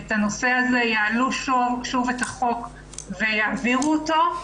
את הנושא הזה, יעלו שוב את החוק ויעבירו אותו.